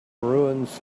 ruins